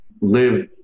live